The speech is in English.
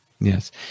Yes